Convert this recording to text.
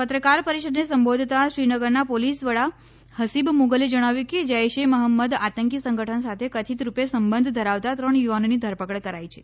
પત્રકાર પરિષદને સંબોધતા શ્રીનગરના પોલીસ વડા ફસીબ મુગલે જણાવ્યું કે જૈશ એ મહમ્મદ આતંકી સંગઠન સાથે કથિત રૂપે સંબંધ ધરાવતા ત્રણ યુવાનોની ધરપકડ કરાઇ છે